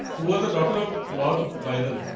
was the daughter of lord byron.